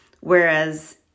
whereas